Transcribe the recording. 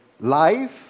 life